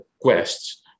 quests